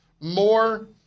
more